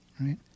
right